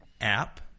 app